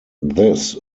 this